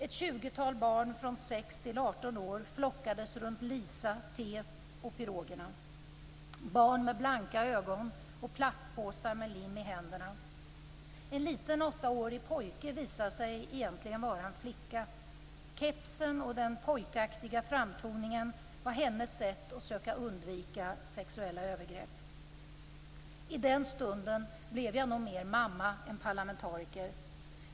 Ett tjugotal barn från 6 till 18 år flockades runt Lisa, teet och pirogerna - barn med blanka ögon och plastpåsar med lim i händerna. En liten 8-årig pojke visade sig egentligen vara en flicka. Kepsen och den pojkaktiga framtoningen var hennes sätt att söka undvika sexuella övergrepp. I den stunden blev jag nog mer mamma än parlamentariker.